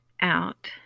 out